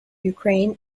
ukraine